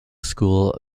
school